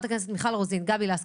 אנחנו מתכנסים כאן לדיון שני בנושא של